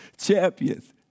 champions